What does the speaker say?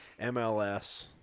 MLS